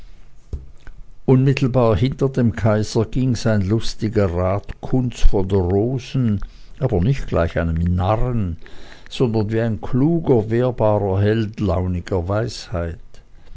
unmittelbar hinter dem kaiser ging sein lustiger rat kunz von der rosen aber nicht gleich einem narren sondern wie ein kluger und wehrbarer held launiger weisheit